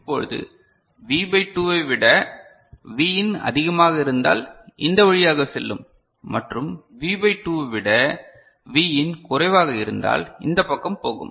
இப்பொழுது V by 2 விட Vin அதிகமாக இருந்தால் இந்த வழியாக செல்லும் மற்றும் V பை 2 விட Vin குறைவாக இருந்தால் இந்த பக்கம் போகும்